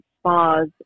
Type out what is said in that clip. spas